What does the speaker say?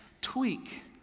tweak